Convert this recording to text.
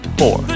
four